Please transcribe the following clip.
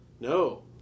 No